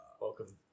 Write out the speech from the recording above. Welcome